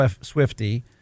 Swifty